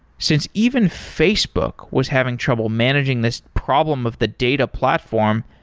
since even facebook was having trouble managing this problem of the data platform,